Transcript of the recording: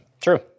True